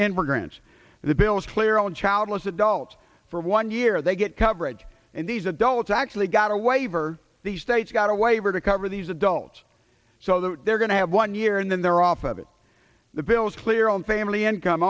immigrants and the bill is clear on childless adults for one year they get coverage and these adults actually got a waiver the state's got a waiver to cover these adults so they're going to have one year and then they're off of it the bill is clear on family income